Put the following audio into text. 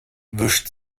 wischt